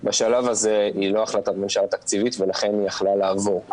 בשלב הזה היא לא החלטת ממשלה תקציבית ולכן היא יכלה לעבור.